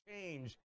change